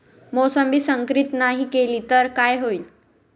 मोसंबी संकरित नाही केली तर काय होईल?